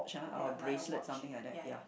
like a like a watch ya ya